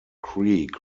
creek